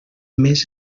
més